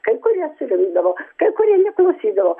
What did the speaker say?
kai kurie surinkdavo kai kurie neklausydavo